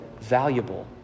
valuable